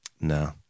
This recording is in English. no